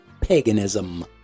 paganism